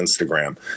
instagram